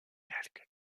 quelques